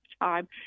time